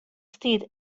stiet